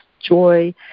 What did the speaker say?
joy